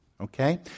okay